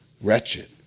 wretched